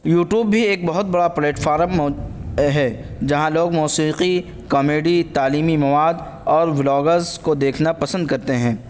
YouTube بھی ایک بہت بڑا پلیٹفارم ہے جہاں لوگ موسیقی کامیڈی تعلیمی مواد اور ولاگرز کو دیکھنا پسند کرتے ہیں